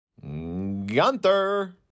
Gunther